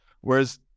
Whereas